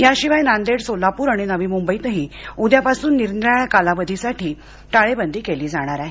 याशिवाय नांदेड सोलापूर आणि नवी मुंबईतही उद्यापासून निरनिराळ्या कालावधीसाठी टाळेबंदी केली जाणार आहे